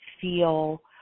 feel